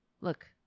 Look